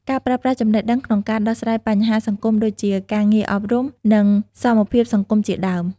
ការប្រើប្រាស់ចំណេះដឹងក្នុងការដោះស្រាយបញ្ហាសង្គមដូចជា ការងារអប់រំ និងសមធម៌សង្គមជាដើម។